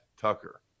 Tucker